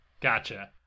Gotcha